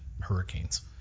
hurricanes